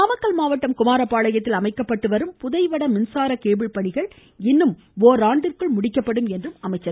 நாமக்கல் மாவட்டம் குமாரபாளையத்தில் அமைக்கப்பட்டுவரும் புதைவட மின்சார கேபிள் பணிகள் இன்னும் ஓராண்டிற்குள் முடிக்கப்படும் என்றார்